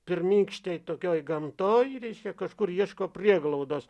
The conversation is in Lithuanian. pirmykštėj tokioj gamtoj reiškia kažkur ieško prieglaudos